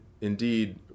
indeed